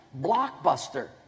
blockbuster